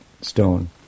stone